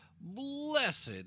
blessed